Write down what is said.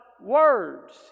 words